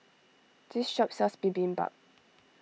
this shop sells Bibimbap